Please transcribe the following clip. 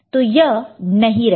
तो यह नहीं रहेगा